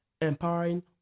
empowering